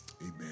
Amen